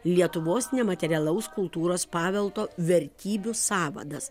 lietuvos nematerialaus kultūros paveldo vertybių sąvadas